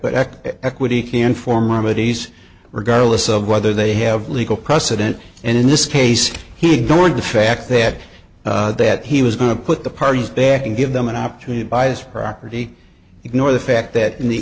act equity can form ahmadis regardless of whether they have legal precedent and in this case he ignored the fact that that he was going to put the parties back and give them an opportunity by his property ignore the fact that